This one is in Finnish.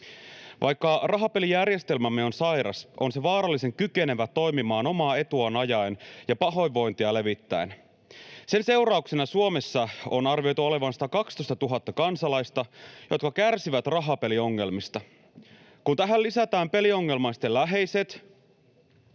Vaikka rahapelijärjestelmämme on sairas, se on vaarallisen kykenevä toimimaan omaa etuaan ajaen ja pahoinvointia levittäen. Sen seurauksena Suomessa on arvioitu olevan 112 000 kansalaista, jotka kärsivät rahapeliongelmista. Kun tähän lisätään peliongelmaisten läheiset,